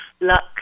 luck